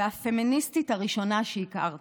והיא הפמיניסטית הראשונה שהכרתי.